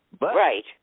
Right